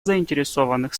заинтересованных